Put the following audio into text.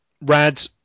RAD